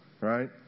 Right